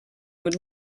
would